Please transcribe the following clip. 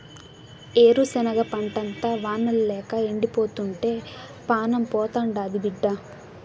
ఏరుశనగ పంటంతా వానల్లేక ఎండిపోతుంటే పానం పోతాండాది బిడ్డా